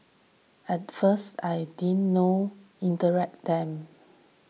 at first I didn't know interact them